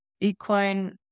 equine